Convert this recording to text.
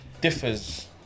differs